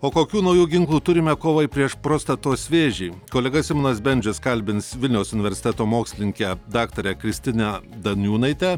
o kokių naujų ginklų turime kovai prieš prostatos vėžį kolega simonas bendžius kalbins vilniaus universiteto mokslininkę daktarę kristiną daniūnaitę